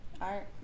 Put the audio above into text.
Art